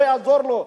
לא יעזור לו.